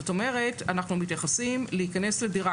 זאת אומרת, אנחנו מתייחסים להיכנס לדירה.